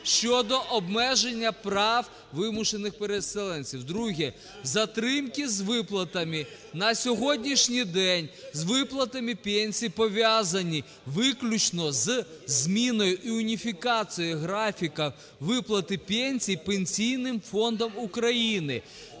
щодо обмеження прав вимушених переселенців. Друге. Затримки з виплатами на сьогоднішній день з виплатами пенсій пов'язані виключно зі зміною і уніфікацією графіка виплати пенсій Пенсійним фондом України.